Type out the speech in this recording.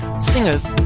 singers